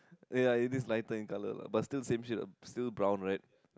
ya it is lighter in color lah but still same sheet still brown right